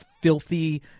filthy